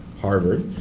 harvard,